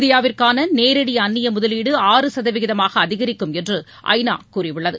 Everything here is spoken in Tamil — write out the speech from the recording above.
இந்தியாவிற்கானநேரடிஅந்நியமுதலீடு ஆறு சதவீதமாகஅதிகரிக்கும் என்று ஐ நா கூறியுள்ளது